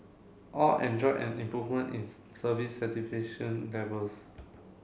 all enjoyed an improvement in service satisfaction levels